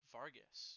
Vargas